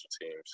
teams